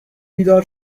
بیدار